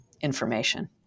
information